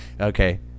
okay